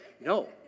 No